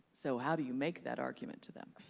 so how do you make that argument to them?